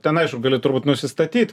ten aišku gali turbūt nusistatyt